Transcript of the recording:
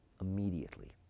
immediately